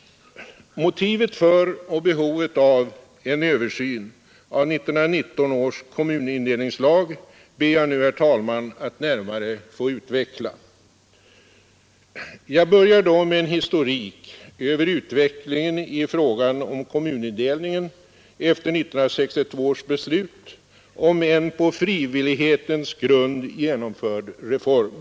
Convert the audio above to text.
Motivet för och behovet av en översyn av 1919 års kommunindelningslag ber jag nu, herr talman, att närmare få utveckla. Jag börjar då med en historik över utvecklingen i fråga om kommunindelningen efter 1962 års beslut om en på frivillighetens grund genomförd reform.